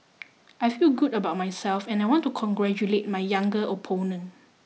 I feel good about myself and I want to congratulate my younger opponent